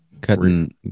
cutting